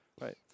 Right